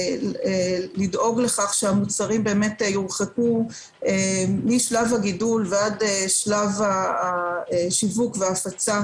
לדאוג לכך שהמוצרים יורחקו משלב הגידול ועד שלב השיווק וההפצה